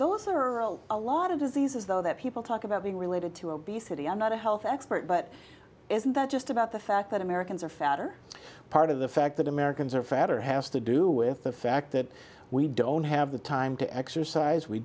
those are a lot of diseases though that people talk about being related to obesity i'm not a health expert but isn't that just about the fact that americans are fat or part of the fact that americans are fatter has to do with the fact that we don't have the time to exercise we